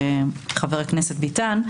חבר הכנסת ביטן,